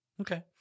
Okay